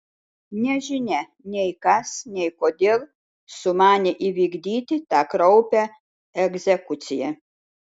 nežinia nei kas nei kodėl sumanė įvykdyti tą kraupią egzekuciją